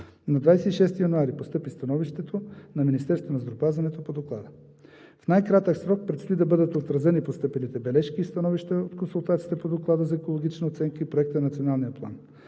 На 26 януари постъпи становището на Министерството на здравеопазването по доклада. В най-кратък срок предстои да бъдат отразени постъпилите бележки и становища от консултациите по доклада за екологична оценка и проекта на Националния план.